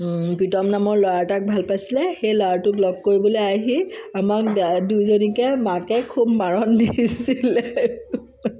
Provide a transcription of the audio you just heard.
প্ৰীতম নামৰ ল'ৰা এটাক ভাল পাইছিলে সেই ল'ৰাটোক লগ কৰিবলৈ আহি আমাক দুইজনীকে মাকে খুব মাৰণ দিছিলে